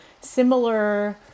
similar